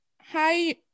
Hi